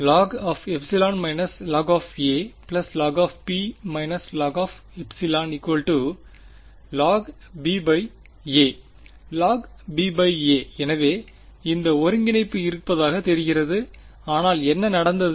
log ε log log log ε log b a log ba எனவே இந்த ஒருங்கிணைப்பு இருப்பதாகத் தெரிகிறது ஆனால் என்ன நடந்தது